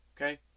okay